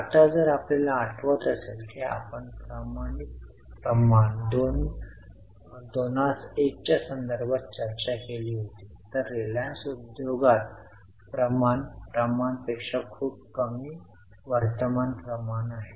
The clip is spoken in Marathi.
आता जर आपल्याला आठवत असेल की आपण प्रमाणित प्रमाण 21 च्या संदर्भात चर्चा केली होती तर रिलायन्स उद्योगात प्रमाण प्रमाणपेक्षा खूप कमी वर्तमान प्रमाण आहे